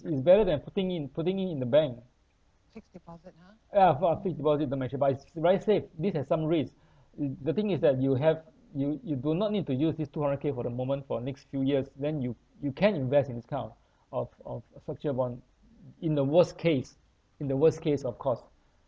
it's better than putting in putting it in the bank ya put on fixed deposit the best advice is very safe this has some risk th~ the thing is that you have you you do not need to use this two hundred K for the moment for next few years then you you can invest in this kind of of of such a bond in the worst case in the worst case of course